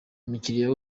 umukiriya